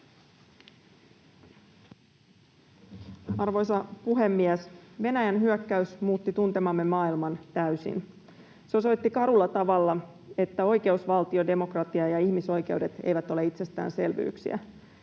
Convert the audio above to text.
Arvoisa puhemies! Venäjän hyökkäys muutti tuntemamme maailman täysin. Se osoitti karulla tavalla, että oikeusvaltio, demokratia ja ihmisoikeudet eivät ole itsestäänselvyyksiä.